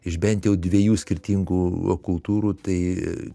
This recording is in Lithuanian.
iš bent jau dviejų skirtingų va kultūrų tai